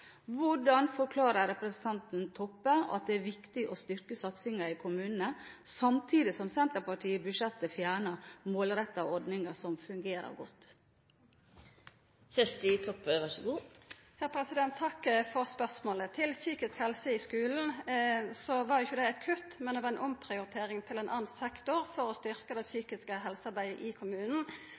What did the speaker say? forklarer representanten Toppe at det er viktig å styrke satsingen i kommunene, samtidig som Senterpartiet i budsjettet fjernet målrettede ordninger som fungerer godt? Takk for spørsmålet. Når det gjeld psykisk helse i skulen, var ikkje det eit kutt, men ei omprioritering til ein annan sektor for å styrka det psykiske helsearbeidet i kommunen.